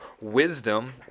wisdom